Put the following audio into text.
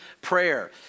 prayer